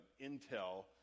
intel